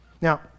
Now